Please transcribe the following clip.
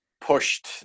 pushed